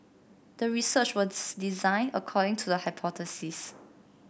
the research was designed according to the hypothesis